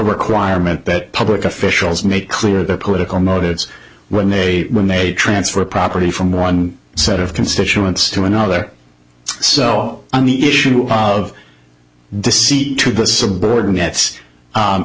requirement that public officials make clear their political motives when they win a transfer of property from one set of constituents to another so on the issue of deceit to the subordinates